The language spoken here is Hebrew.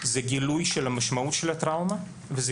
זה גילוי של המשמעות של הטראומה וזה